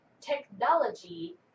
technology